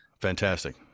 Fantastic